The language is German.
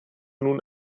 nun